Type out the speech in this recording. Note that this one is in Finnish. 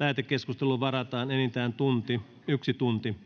lähetekeskusteluun varataan enintään yksi tunti